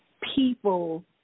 people